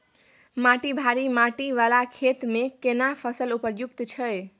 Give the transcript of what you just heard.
माटी भारी माटी वाला खेत में केना फसल उपयुक्त छैय?